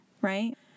right